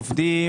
עובדים,